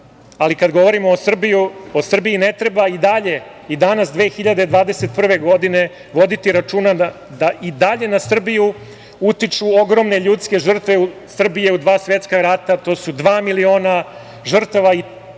ali kada govorimo o Srbiji ne treba i dalje i danas 2021. godine voditi računa da i dalje na Srbiju utiču ogromne ljudske žrtve Srbije u dva svetska rata, to su dva miliona žrtava.